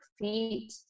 feet